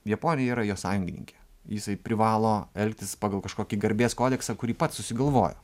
japonija yra jo sąjungininkė jisai privalo elgtis pagal kažkokį garbės kodeksą kurį pats susigalvojo